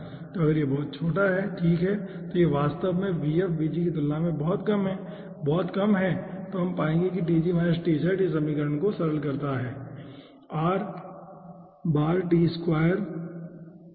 तो अगर यह बहुत छोटा है ठीक है और यह वास्तव में की तुलना में बहुत बहुत कम है तो हम पाएंगे कि इस समीकरण को सरल करता है ठीक है